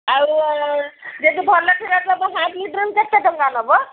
ଆଉ ଯଦି ଭଲ କ୍ଷୀର ଦବ କେତେ ଟଙ୍କା ନବ